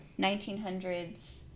1900s